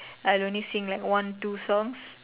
I'll only sing like one two songs